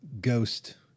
ghost